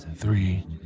Three